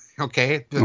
Okay